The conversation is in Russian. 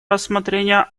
рассмотрение